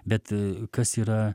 bet kas yra